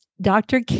Dr